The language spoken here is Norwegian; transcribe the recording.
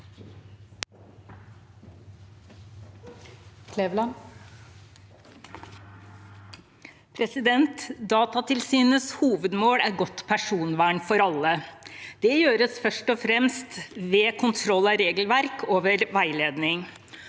Datatilsynets hovedmål er godt personvern for alle. Det gjøres først og fremst ved kontroll av regelverk og ved veiledning.